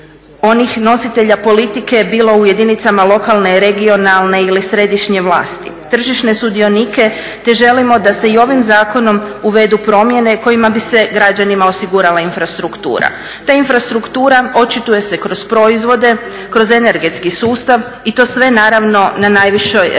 onih nositelja politike bilo u jedinicama lokalne, regionalne ili središnje vlasti, tržišne sudionike te želimo da se i ovim zakonom uvedu promjene kojima bi se građanima osigurala infrastruktura. Ta infrastruktura očituje se kroz proizvode, kroz energetski sustav i to sve naravno na najvišoj razini